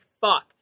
fuck